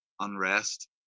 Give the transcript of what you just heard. unrest